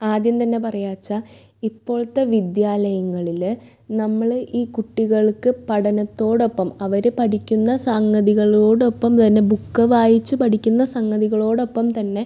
ആദ്യം തന്നെ പറയാമെന്ന് വെച്ചാൽ ഇപ്പോൾത്തെ വിദ്യാലയങ്ങളില് നമ്മള് ഈ കുട്ടികൾക്ക് പഠനത്തോടൊപ്പം അവര് പഠിക്കുന്ന സംഗതികളോടൊപ്പം തന്നെ ബുക്ക് വായിച്ച് പഠിക്കുന്ന സംഗതികളോടൊപ്പം തന്നെ